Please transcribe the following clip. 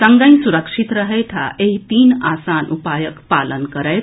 संगहि सुरक्षित रहथि आ एहि तीन आसान उपायक पालन करथि